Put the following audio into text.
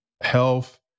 health